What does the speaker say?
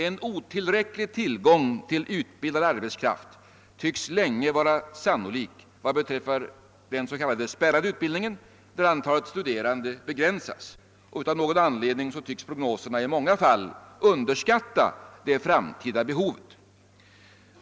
En otillräcklig tillgång till utbildad arbetskraft tycks länge vara sannolik vad beträffar den s.k. spärrade utbildningen, där antalet studerande begränsas. Av någon anledning tycks prognoserna i många fall underskatta det framtida behovet.